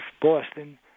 Boston